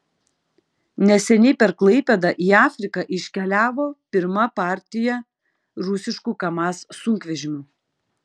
neseniai per klaipėdą į afriką iškeliavo pirma partija rusiškų kamaz sunkvežimių